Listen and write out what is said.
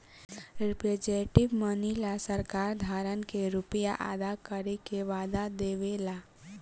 representative money ला सरकार धारक के रुपिया अदा करे के वादा देवे ला